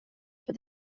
for